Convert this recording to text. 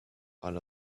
all